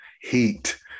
heat